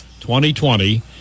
2020